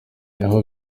aho